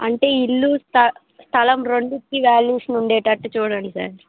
అంటే ఇల్లు స్థ స్థలం రెండింటికి వ్యాల్యుయేషన్ ఉండేటట్టు చూడండి సార్